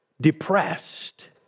depressed